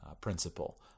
principle